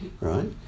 right